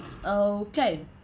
okay